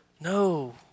no